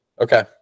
Okay